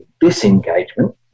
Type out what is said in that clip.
disengagement